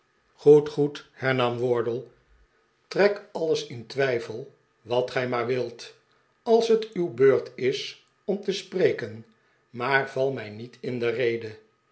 goed goed hernam wardle trek alle s in twijfel wat gij maar wilt als het uw beurt is om te spreken maar val mij niet in de rede